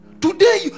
Today